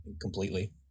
completely